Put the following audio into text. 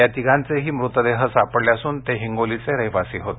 या तिघांचेही मृतदेह सापडले असून ते हिंगोलीचे रहिवासी होते